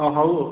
ହଁ ହଉ ଆଉ